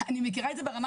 אני מכירה את זה ברמה